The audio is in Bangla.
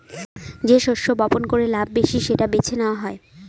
যে শস্য বপন করে লাভ বেশি সেটা বেছে নেওয়া হয়